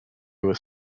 with